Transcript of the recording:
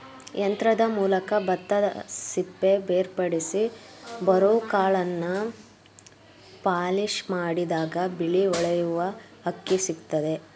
ಯಂತ್ರದ ಮೂಲಕ ಭತ್ತದಸಿಪ್ಪೆ ಬೇರ್ಪಡಿಸಿ ಬರೋಕಾಳನ್ನು ಪಾಲಿಷ್ಮಾಡಿದಾಗ ಬಿಳಿ ಹೊಳೆಯುವ ಅಕ್ಕಿ ಸಿಕ್ತದೆ